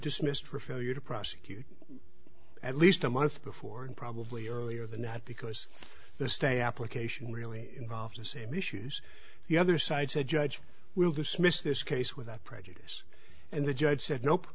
dismissed refer you to prosecute at least a month before and probably earlier than that because the stay application really involved the same issues the other side said judge will dismiss this case without prejudice and the judge said nope